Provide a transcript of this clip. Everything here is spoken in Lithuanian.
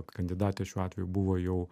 kandidatė šiuo atveju buvo jau